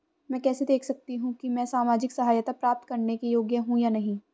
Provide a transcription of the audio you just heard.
मैं कैसे देख सकती हूँ कि मैं सामाजिक सहायता प्राप्त करने के योग्य हूँ या नहीं?